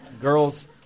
Girls